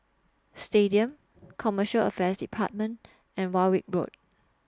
Stadium Commercial Affairs department and Warwick Road